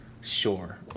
sure